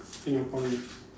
Singaporean